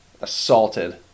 assaulted